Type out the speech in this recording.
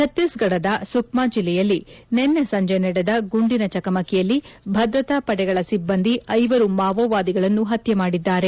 ಛತ್ತೀರ್ಸ್ಗಢದ ಸುಕ್ಮಾ ಜಿಲ್ಲೆಯಲ್ಲಿ ನಿನ್ನೆ ಸಂಜೆ ನಡೆದ ಗುಂಡಿನ ಚಕಮಕಿಯಲ್ಲಿ ಭದ್ರತಾ ಪಡೆಗಳ ಸಿಬ್ಬಂದಿ ಐವರು ಮಾವೋವಾದಿಗಳನ್ನು ಪತ್ನೆ ಮಾಡಿದ್ದಾರೆ